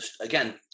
again